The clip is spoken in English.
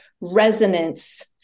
resonance